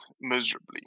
miserably